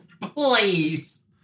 Please